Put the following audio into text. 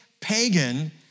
pagan